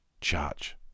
charge